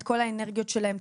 את כל האנרגיות שלהם,